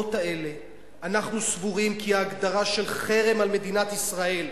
בנסיבות האלה אנחנו סבורים כי ההגדרה של חרם על מדינת ישראל,